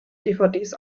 dvds